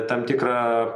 tam tikrą